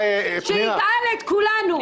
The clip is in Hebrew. ויגאל את כולנו.